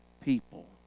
people